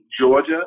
Georgia